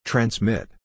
Transmit